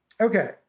okay